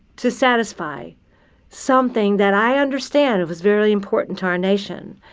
to satisfy something that i understand. it was very important to our nation.